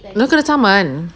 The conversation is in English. dia kena saman